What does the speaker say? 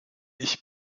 ich